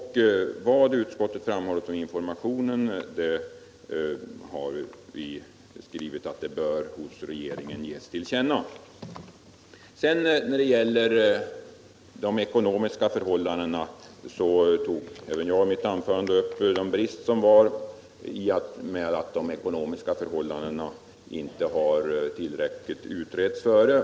Utskottet har också framhållit att frågan om behov av information bör ges regeringen till känna. Beträffande de ekonomiska förhållandena tog även jag i mitt anförande upp den bristen att dessa förhållanden inte har utretts tillräckligt tidigare.